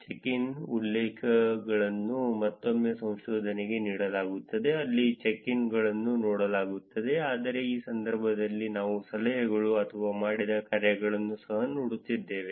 check ಇನ್ಗಳು ಉಲ್ಲೇಖಗಳನ್ನು ಮತ್ತೊಂದು ಸಂಶೋಧನೆಗೆ ನೀಡಲಾಗುತ್ತದೆ ಅಲ್ಲಿ ಚೆಕ್ ಇನ್ಗಳನ್ನು ನೋಡಲಾಗುತ್ತದೆ ಆದರೆ ಈ ಸಂದರ್ಭದಲ್ಲಿ ನಾವು ಸಲಹೆಗಳು ಅಥವಾ ಮಾಡಿದ ಕಾರ್ಯಗಳನ್ನು ಸಹ ನೋಡುತ್ತಿದ್ದೇವೆ